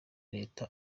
leta